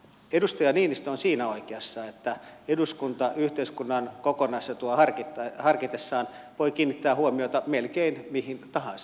edustaja niinistö on siinä oikeassa että eduskunta yhteiskunnan kokonaisetua harkitessaan voi kiinnittää huomiota melkein mihin tahansa